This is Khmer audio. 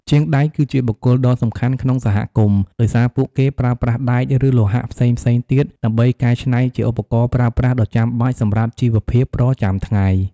ជាងដែកគឺជាបុគ្គលដ៏សំខាន់ក្នុងសហគមន៍ ដោយសារពួកគេប្រើប្រាស់ដែក ឬលោហៈផ្សេងៗទៀតដើម្បីកែច្នៃជាឧបករណ៍ប្រើប្រាស់ដ៏ចាំបាច់សម្រាប់ជីវភាពប្រចាំថ្ងៃ។